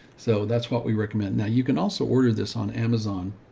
so that's what we recommend. now, you can also order this on amazon.